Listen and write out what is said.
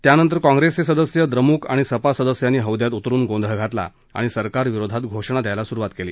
त्यानंतर काँग्रेस सदस्य द्रमुक आणि सपा सदस्यांनी हौद्यात उतरुन गोंधळ घातला आणि सरकारविरोधात घोषणा द्यायला सुरुवात केली